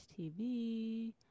TV